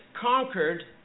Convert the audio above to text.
conquered